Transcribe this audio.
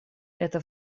это